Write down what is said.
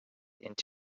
into